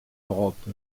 europe